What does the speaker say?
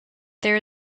there